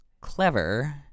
clever